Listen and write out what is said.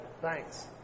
Thanks